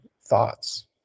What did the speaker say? thoughts